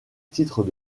titre